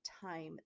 time